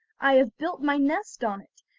i have built my nest on it,